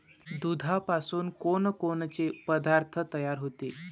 दुधापासून कोनकोनचे पदार्थ तयार होते?